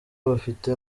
bafite